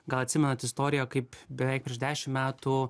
gal atsimenat istoriją kaip beveik prieš dešim metų